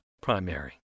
primary